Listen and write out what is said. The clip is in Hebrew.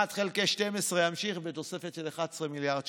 1 חלקי 12 יימשך בתוספת של 11 מיליארד שקלים.